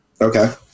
Okay